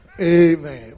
amen